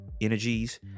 energies